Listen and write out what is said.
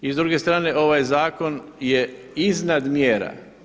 I s druge strane, ovaj zakon je iznad mjera.